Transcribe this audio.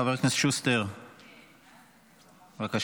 חבר הכנסת שוסטר, בבקשה.